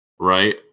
Right